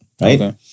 right